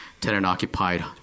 Tenant-occupied